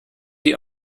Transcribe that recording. die